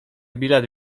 bilet